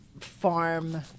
farm